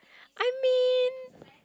I mean